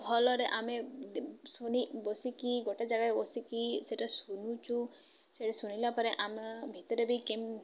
ଭଲରେ ଆମେ ଶୁଣି ବସିକି ଗୋଟେ ଜାଗାରେ ବସିକି ସେଟା ଶୁଣୁଛୁ ସେଠି ଶୁଣିଲା ପରେ ଆମେ ଭିତରେ ବି କେମ୍